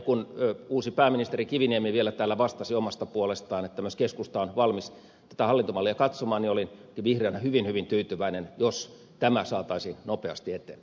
kun uusi pääministeri kiviniemi vielä täällä vastasi omasta puolestaan että myös keskusta on valmis tätä hallintomallia katsomaan niin olisin vihreänä hyvin hyvin tyytyväinen jos tämä saataisiin nopeasti eteenpäin